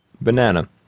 Banana